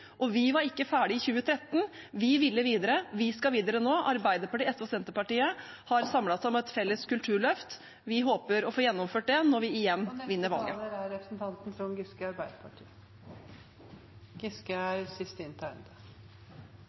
og vi var ikke ferdig i 2013. Vi ville videre. Vi skal videre nå. Arbeiderpartiet, SV og Senterpartiet har samlet seg om et felles kulturløft. Vi håper å få gjennomført det når vi igjen vinner valget.